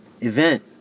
event